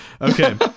Okay